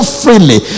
freely